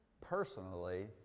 personally